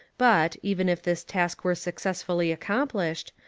but, even if this task were successfully accomplished,